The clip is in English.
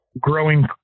growing